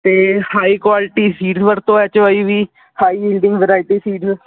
ਤੇ high quality seeds ਵਰਤੋਂ H Y V high yielding variety seeds